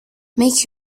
make